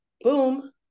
boom